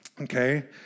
okay